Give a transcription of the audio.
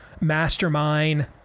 mastermind